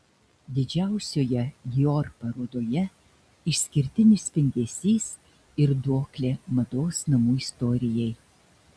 didžiausioje dior parodoje išskirtinis spindesys ir duoklė mados namų istorijai